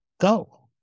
Go